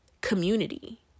community